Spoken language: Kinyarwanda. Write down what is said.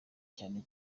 cyane